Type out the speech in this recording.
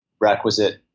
requisite